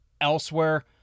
Elsewhere